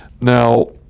Now